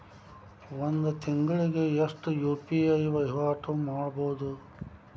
ಒಂದ್ ತಿಂಗಳಿಗೆ ಎಷ್ಟ ಯು.ಪಿ.ಐ ವಹಿವಾಟ ಮಾಡಬೋದು?